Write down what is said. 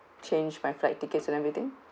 change my flight tickets and everything